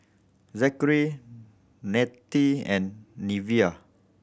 Zackery Nanette and Neveah